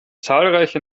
zahlreiche